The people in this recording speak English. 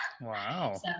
Wow